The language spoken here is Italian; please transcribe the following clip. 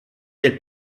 del